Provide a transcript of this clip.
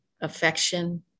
affection